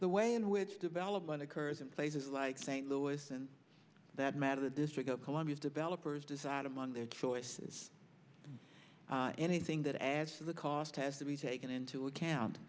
the way in which development occurs in places like st louis and that matter the district of columbia's developers decide among their choices anything that adds to the cost has to be taken into account